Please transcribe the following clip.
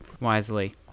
wisely